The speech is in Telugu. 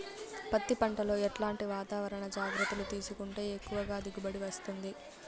పత్తి పంట లో ఎట్లాంటి వాతావరణ జాగ్రత్తలు తీసుకుంటే ఎక్కువగా దిగుబడి వస్తుంది?